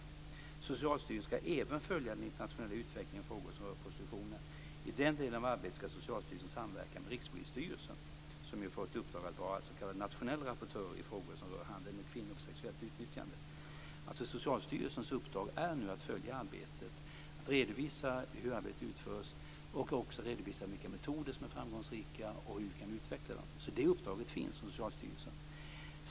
Socialstyrelsen skall även följa den internationella utvecklingen i frågor som rör prostitutionen. I den delen av arbetet skall Socialstyrelsen samverka med Rikspolisstyrelsen, som ju fått i uppdrag att vara s.k. nationell rapportör i frågor som rör handel med kvinnor för sexuellt utnyttjande. Socialstyrelsens uppdrag är alltså att följa arbetet, att redovisa hur arbetet utförs samt att redovisa vilka metoder som är framgångsrika och hur vi kan utveckla dem. Det uppdraget finns hos Socialstyrelsen.